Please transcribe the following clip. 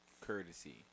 courtesy